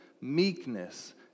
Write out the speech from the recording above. meekness